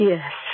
Yes